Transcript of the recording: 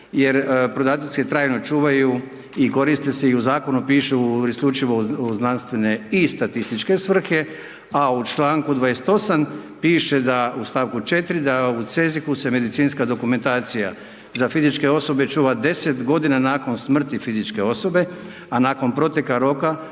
jer podaci se trajno čuvaju i koriste se i u zakonu pišu isključivo znanstvene i statističke svrhe, a u čl. 28. piše da u stavku 4 da u CEZIH se medicinska dokumentacija za fizičke osobe čuva 10 g. nakon smrti fizičke osobe, a nakon proteka roka,